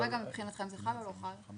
כרגע מבחינתכם זה חל או לא חל?